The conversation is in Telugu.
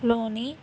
లోని